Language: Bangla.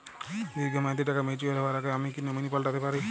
দীর্ঘ মেয়াদি টাকা ম্যাচিউর হবার আগে আমি কি নমিনি পাল্টা তে পারি?